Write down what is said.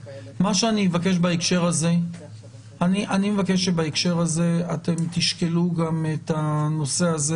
אני מבקש שבהקשר הזה אתם תשקלו גם את הנושא הזה